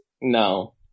No